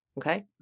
Okay